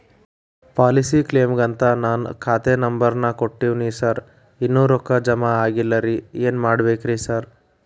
Policy ಕ್ಲೇಮಿಗಂತ ನಾನ್ ಖಾತೆ ನಂಬರ್ ನಾ ಕೊಟ್ಟಿವಿನಿ ಸಾರ್ ಇನ್ನೂ ರೊಕ್ಕ ಜಮಾ ಆಗಿಲ್ಲರಿ ಏನ್ ಮಾಡ್ಬೇಕ್ರಿ ಸಾರ್?